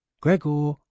gregor